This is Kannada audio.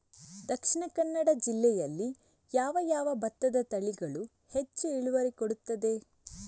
ದ.ಕ ಜಿಲ್ಲೆಯಲ್ಲಿ ಯಾವ ಯಾವ ಭತ್ತದ ತಳಿಗಳು ಹೆಚ್ಚು ಇಳುವರಿ ಕೊಡುತ್ತದೆ?